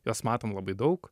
jos matom labai daug